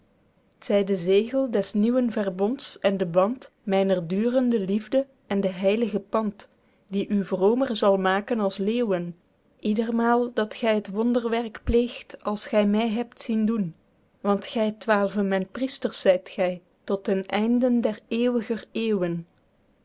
zy de zegel des nieuwen verbonds en de band myner durende liefde en de heilige pand die u vromer zal maken als leeuwen ieder mael dat gy t wonderwerk pleegt als gy my hebt zien doen want gy twaelve myn priesters zyt gy tot den einden der eeuwiger